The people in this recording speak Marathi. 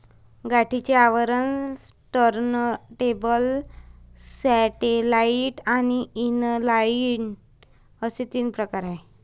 गाठीचे आवरण, टर्नटेबल, सॅटेलाइट आणि इनलाइन असे तीन प्रकार आहे